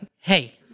Hey